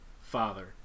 father